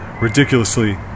Ridiculously